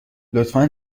لطفا